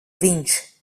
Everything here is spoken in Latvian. viņš